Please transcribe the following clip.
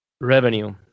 revenue